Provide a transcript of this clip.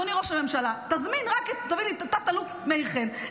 אדוני ראש הממשלה: תביא לי את תא"ל מאיר חן,